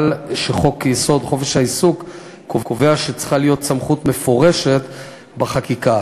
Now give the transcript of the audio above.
שחוק-יסוד: חופש העיסוק קובע שצריכה להיות סמכות מפורשת בחקיקה.